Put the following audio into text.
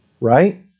right